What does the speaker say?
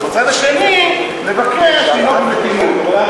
ובצד השני לבקש לנהוג במתינות,